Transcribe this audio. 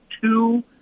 two